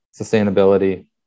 sustainability